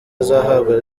azahabwa